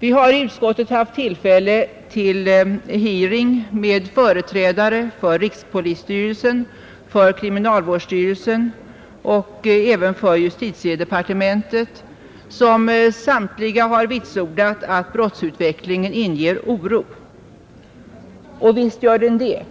Vi har i utskottet haft tillfälle till hearing med företrädare för rikspolisstyrelsen, för kriminalvårdsstyrelsen och även för justitiedepartementet, som samtliga har vitsordat att brottsutvecklingen inger oro. Och visst gör den det.